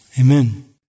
Amen